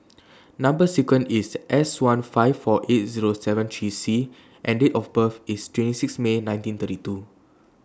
Number sequence IS S one five four eight Zero seven three C and Date of birth IS twenty six May nineteen thirty two